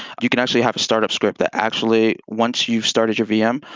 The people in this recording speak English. you can actually have a startup script that actually, once you've started your vm,